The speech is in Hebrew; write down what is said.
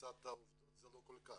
מצד העובדות זה לא כל כך.